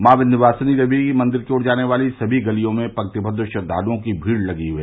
माँ विन्ध्यवासिनी देवी मंदिर की ओर जाने वाली सभी गलियों में पंक्तिबद्द श्रद्वालुओं की भीड़ लगी है